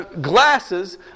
glasses